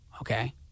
okay